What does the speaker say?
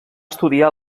estudiar